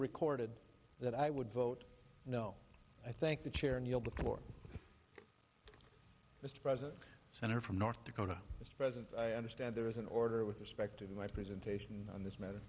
recorded that i would vote no i thank the chair and you know before mr president senator from north dakota is present i understand there is an order with respect to my presentation on this ma